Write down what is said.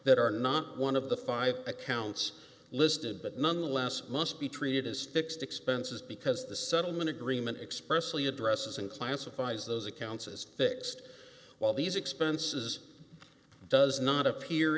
that are not one of the five accounts listed but nonetheless must be treated as fixed expenses because the settlement agreement expressly addresses and classifies those accounts as fixed while these expenses does not appear